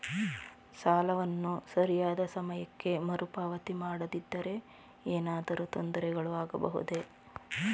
ಸಾಲವನ್ನು ಸರಿಯಾದ ಸಮಯಕ್ಕೆ ಮರುಪಾವತಿ ಮಾಡದಿದ್ದರೆ ಏನಾದರೂ ತೊಂದರೆಗಳು ಆಗಬಹುದೇ?